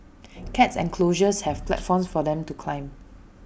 cat enclosures have platforms for them to climb